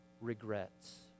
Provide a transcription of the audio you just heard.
regrets